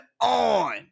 on